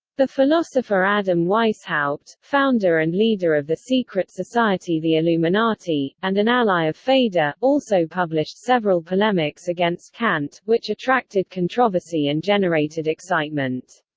the philosopher adam weishaupt, founder and leader of the secret society the illuminati, and an ally of feder, also published several polemics against kant, which attracted controversy and generated excitement.